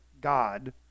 God